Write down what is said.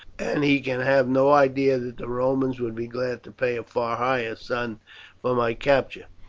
and he can have no idea that the romans would be glad to pay a far higher sum for my capture,